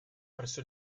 presso